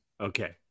Okay